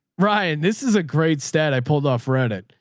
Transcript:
ryan, this is a great stat. i pulled off reddit.